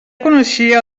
coneixia